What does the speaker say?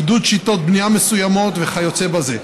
עידוד שיטות בנייה מסוימות וכיוצא באלה.